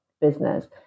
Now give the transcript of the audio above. business